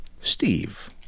Steve